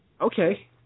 Okay